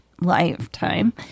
lifetime